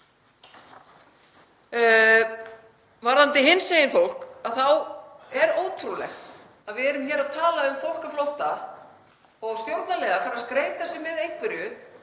Varðandi hinsegin fólk þá er ótrúlegt að við erum hér að tala um fólk á flótta og stjórnarliðar fara að skreyta sig með einhverju